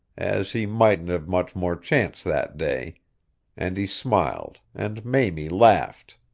as he mightn't have much more chance that day and he smiled, and mamie laughed.